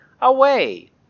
Away